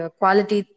quality